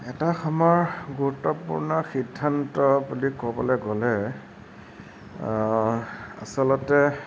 এটা সময়ৰ গুৰুত্বপূৰ্ণ সিদ্ধান্ত বুলি ক'বলৈ গ'লে আচলতে